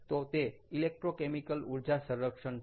તો તે ઇલેક્ટ્રોકેમિકલ ઊર્જા સંરક્ષણ છે